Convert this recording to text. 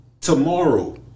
tomorrow